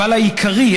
אבל העיקרי,